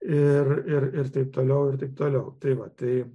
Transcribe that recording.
ir ir ir taip toliau ir taip toliau tai vat tai